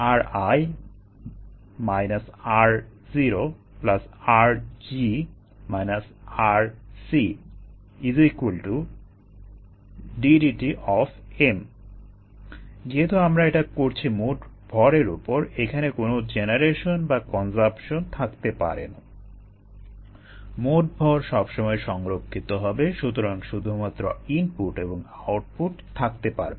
ri ro rg rc d dt যেহেতু আমরা এটা করছি মোট ভরের উপর এখানে কোনো জেনারেশন বা কনজাম্পশন থাকতে পারে না মোট ভর সবসময় সংরক্ষিত হবে সুতরাং শুধুমাত্র ইনপুট এবং আউটপুট থাকতে পারবে